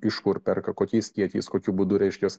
iš kur perka kokiais kiekiais kokiu būdu reiškias